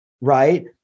right